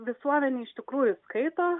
visuomenė iš tikrųjų skaito